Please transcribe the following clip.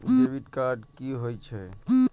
Debit card कि होई छै?